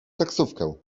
taksówkę